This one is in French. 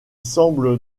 semble